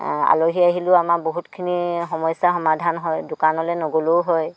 আলহী আহিলেও আমাৰ বহুতখিনি সমস্যা সমাধান হয় দোকানলৈ নগ'লেও হয়